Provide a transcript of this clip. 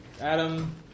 Adam